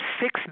six